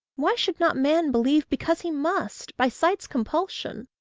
why should not man believe because he must by sight's compulsion?